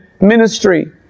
ministry